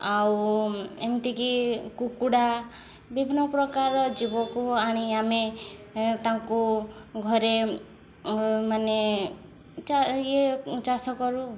ଆଉ ଏମିତିକି କୁକୁଡ଼ା ବିଭିନ୍ନ ପ୍ରକାର ଜୀବକୁ ଆଣି ଆମେ ତାଙ୍କୁ ଘରେ ମାନେ ଇଏ ଚାଷ କରୁ